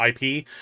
IP